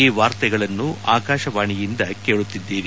ಈ ವಾರ್ತೆಗಳನ್ನು ಆಕಾಶವಾಣೆಯಿಂದ ಕೇಳುತ್ತಿದ್ದೀರಿ